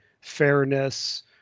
fairness